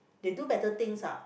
they do better things ah